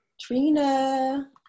Trina